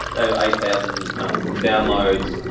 they have eight thousand downloads.